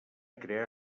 crear